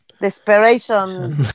Desperation